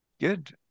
Good